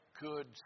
Good